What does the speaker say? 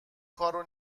کارو